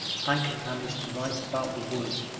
i can manage to write about the woods,